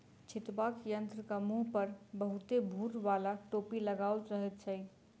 छिटबाक यंत्रक मुँह पर बहुते भूर बाला टोपी लगाओल रहैत छै